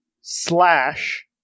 Slash